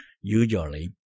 Usually